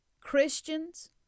Christians